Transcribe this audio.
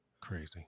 Crazy